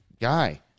guy